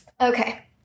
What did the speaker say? Okay